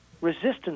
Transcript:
resistance